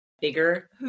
Bigger